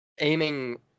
aiming